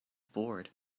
bored